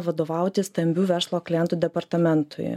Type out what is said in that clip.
vadovauti stambių verslo klientų departamentui